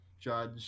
judge